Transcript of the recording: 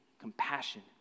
compassion